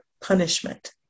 punishment